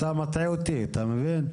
אתה מטעה אותי אתה מבין?